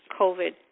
COVID